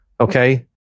Okay